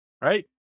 right